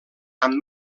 amb